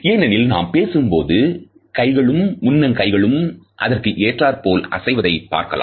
ஏனெனில் நாம் பேசும்போது கைகளும் முன்னங் கைகளும் அதற்கு ஏற்றாற்போல அசைவதை பார்க்கலாம்